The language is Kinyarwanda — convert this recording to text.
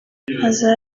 aza